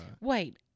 Wait